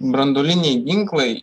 branduoliniai ginklai